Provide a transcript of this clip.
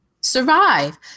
survive